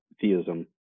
theism